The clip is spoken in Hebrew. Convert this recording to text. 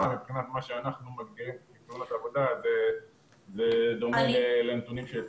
לפחות מבחינת מה שאנחנו מגדירים כתאונות עבודה זה דומה לנתונים של חזי.